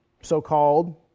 so-called